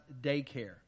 daycare